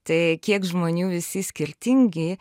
tai kiek žmonių visi skirtingi